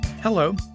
Hello